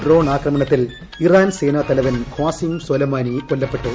drone ആക്രമണത്തിൽ Iran സേനാതലവൻ Qasem Soleimani കൊല്ലപ്പെട്ടു